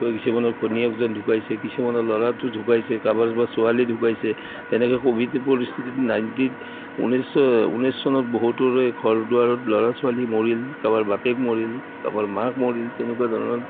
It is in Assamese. কিছুমানৰ ঘৈনীয়েকজন ঢুকাইছে কিছুমানৰ ল'ৰাটো ঢুকাইছে কাবাৰ ছোৱালী ঢুকাইছে তেনেকে ক'ভিড পৰিস্থিতিত নাইনটিন ঊনৈছ চনত বহুতৰে ঘৰ দুৱাৰত ল'ৰা ছোৱালী মৰিল কাৰবাৰ বাপেক মৰিল কাৰবাৰ মাক মৰিল তেনেকুৱা ধৰণৰ